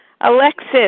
Alexis